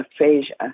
aphasia